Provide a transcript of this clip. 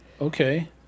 Okay